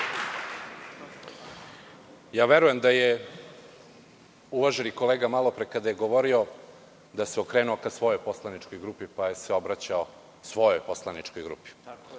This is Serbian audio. Verujem da je uvaženi kolega malopre kada je govorio, da se okrenuo ka svojoj poslaničkoj grupi, pa se obraćao svojoj poslaničkoj grupi